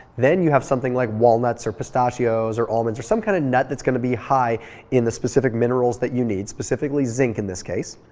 then you have something like walnuts or pistachios or almonds or some kind of nut that's going to be high in the specific minerals that you need, specifically zinc in this case.